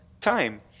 time